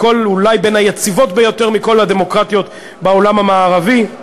אולי בין היציבות ביותר מכל הדמוקרטיות בעולם המערבי,